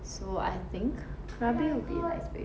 so I think krabi will be a nice place